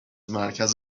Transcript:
مرکز